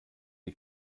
die